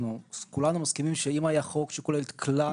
כולנו מסכימים שאם היה חוק שכולל את כלל